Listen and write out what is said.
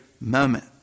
moment